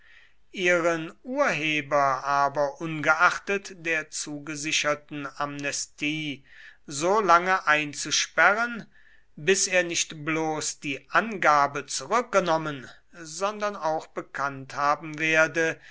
ihren urheber aber ungeachtet der zugesicherten amnestie so lange einzusperren bis er nicht bloß die angabe zurückgenommen sondern auch bekannt haben werde